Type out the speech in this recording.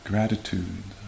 Gratitude